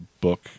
book